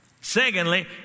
secondly